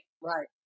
Right